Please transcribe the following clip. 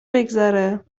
بگذرد